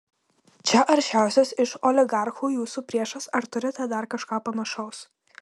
čia aršiausias iš oligarchų jūsų priešas ar turite dar kažką panašaus